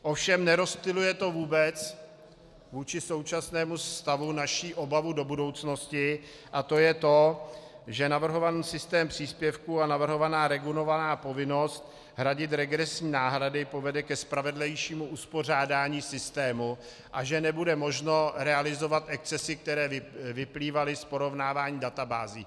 Ovšem nerozptyluje to vůbec vůči současnému stavu naši obavu do budoucnosti, a to je to, že navrhovaný systém příspěvků a navrhovaná regulovaná povinnost hradit regresní náhrady povede ke spravedlivějšímu uspořádání systému a že nebude možno realizovat excesy, které vyplývaly z porovnávání databází.